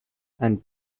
and